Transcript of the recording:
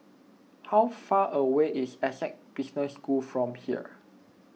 how far away is Essec Business School from here